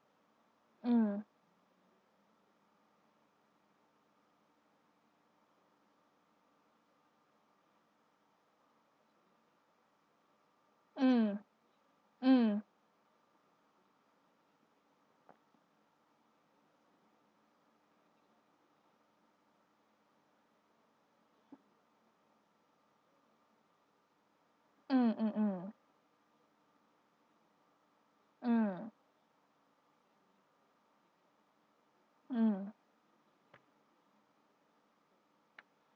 mm mm mm mm mm mm mm mm